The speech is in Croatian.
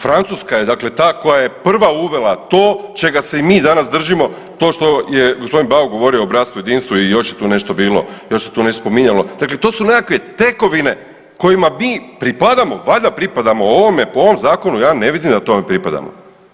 Francuska je dakle ta koja je prva uvela to čega se i mi danas držimo, to što je g. Bauk govorio o bratstvu i jedinstvu i još je tu nešto bilo, još se tu nešto spominjalo, dakle to su nekakve tekovine kojima mi pripadamo, valjda pripadamo ovome, po ovom zakonu ja ne vidim da tome pripadamo.